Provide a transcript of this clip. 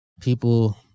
people